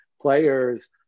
players